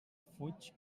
fuig